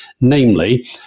namely